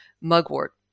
mugwort